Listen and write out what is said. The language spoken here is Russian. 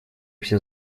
все